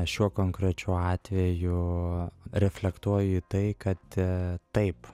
šiuo konkrečiu atveju reflektuoju į tai kad taip